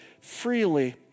freely